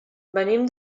venim